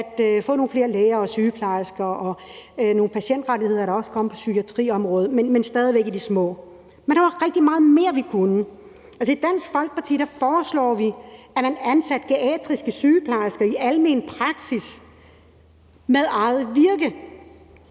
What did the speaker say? at få nogle flere læger og sygeplejersker, og der er også kommet nogle patientrettigheder på psykiatriområdet, men det er stadig væk i det små. Men der var rigtig meget mere, vi kunne gøre. Altså, i Dansk Folkeparti foreslår vi, at man ansætter geriatriske sygeplejersker i almen praksis med eget virke,